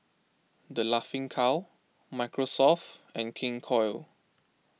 the Laughing Cow Microsoft and King Koil